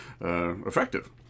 effective